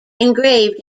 engraved